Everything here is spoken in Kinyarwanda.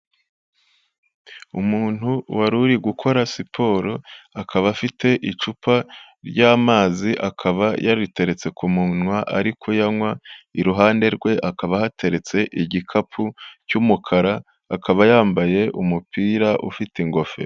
Umuntu wari uri gukora siporo, akaba afite icupa ry'amazi. Akaba yariteretse ku munwa ari kuyanywa, iruhande rwe hakaba hateretse igikapu cy'umukara. Akaba yambaye umupira ufite ingofero.